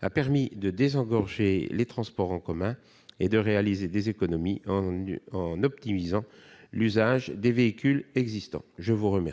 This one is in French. a permis de désengorger les transports en commun et de réaliser des économies en optimisant l'usage des véhicules existants. La parole